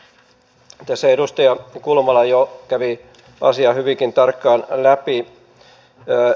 tässä edustaja kulmala jo kävi asiaa hyvinkin tarkkaan läpi